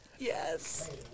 Yes